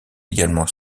également